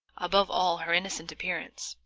above all her innocent appearance,